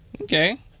Okay